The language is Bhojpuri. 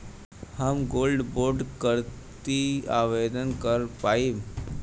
हम गोल्ड बोड करती आवेदन कर पाईब?